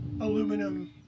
aluminum